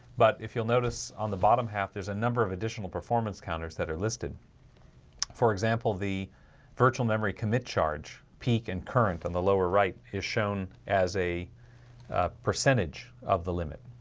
but if you'll notice on the bottom half, there's a number of additional performance counters that are listed for example the virtual memory commit charge peak and current on and the lower right is shown as a percentage of the limit.